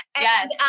Yes